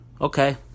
Okay